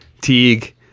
Teague